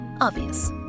Obvious